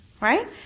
Right